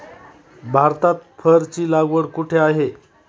भारतात फरची लागवड कुठे आहे?